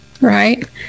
right